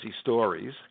stories